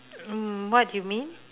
um what do you mean